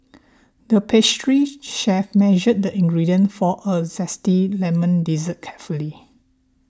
the pastry chef measured the ingredient for a Zesty Lemon Dessert carefully